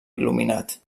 il·luminat